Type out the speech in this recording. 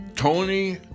Tony